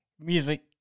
music